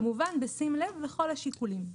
כמובן בשים לב לכל השיקולים.